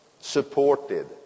supported